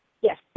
Yes